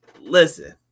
Listen